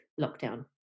lockdown